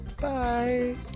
bye